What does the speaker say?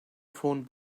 phone